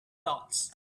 dots